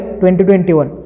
2021